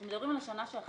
אנחנו מדברים על השנה שאחרי.